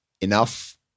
enough